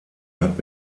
hat